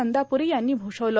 नंदा पुरी यांनी भूषविलं